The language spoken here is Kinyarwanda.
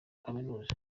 kaminuza